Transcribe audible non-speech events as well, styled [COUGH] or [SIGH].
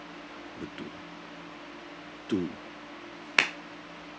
uh two two [NOISE]